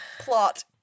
Plot